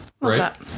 Right